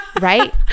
Right